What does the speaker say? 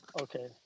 Okay